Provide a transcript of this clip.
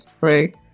right